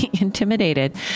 intimidated